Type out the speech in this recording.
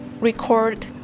record